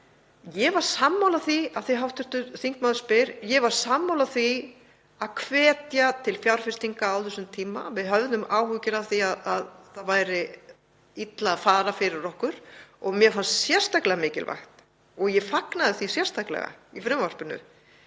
þá var ég sammála því að hvetja til fjárfestinga á þessum tíma. Við höfðum áhyggjur af því að illa væri að fara fyrir okkur og mér fannst sérstaklega mikilvægt, og fagnaði því sérstaklega í frumvarpinu